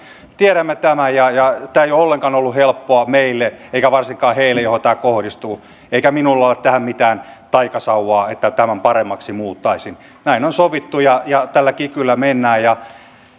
tiedämme tämän ja tämä ei ollenkaan ollut helppoa meille eikä varsinkaan heille joihin tämä kohdistuu eikä minulla ole tähän mitään taikasauvaa että tämän paremmaksi muuttaisin näin on sovittu ja ja tällä kikyllä mennään